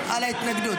ההתנגדות.